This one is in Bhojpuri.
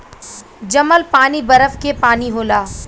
जमल पानी बरफ के पानी होला